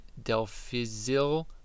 Delphizil